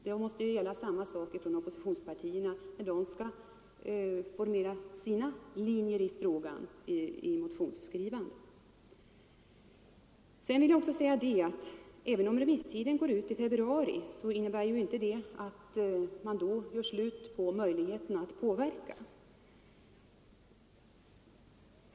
Det måste också gälla för oppositionspartierna när de skall formera sina linjer i frågan och eventuellt skriva motioner. Att remisstiden går ut i februari innebär ju inte att det då är slut med möjligheterna att påverka.